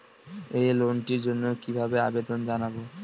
এই লোনটির জন্য কিভাবে আবেদন জানাবো?